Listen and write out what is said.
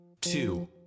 two